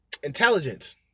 Intelligence